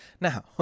Now